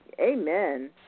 Amen